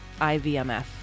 IVMF